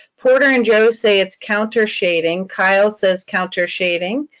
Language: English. porter and joe say it's countershading. kyle says countershading.